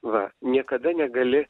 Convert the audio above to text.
va niekada negali